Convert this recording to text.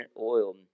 oil